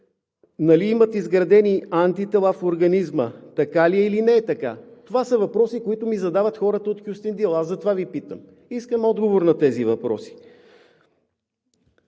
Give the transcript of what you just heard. Нали имат изградени антитела в организма! Така ли е, или не е така? Това са въпроси, които ми задават хората от Кюстендил, аз затова Ви питам. Искам отговор на тези въпроси.